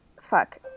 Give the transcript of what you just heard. fuck